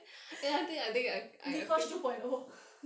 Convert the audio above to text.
dee kosh two point O